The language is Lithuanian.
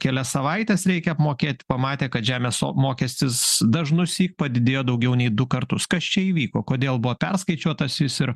kelias savaites reikia apmokėt pamatė kad žemės mokestis dažnusyk padidėjo daugiau nei du kartus kas čia įvyko kodėl buvo perskaičiuotas jis ir